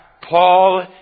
Paul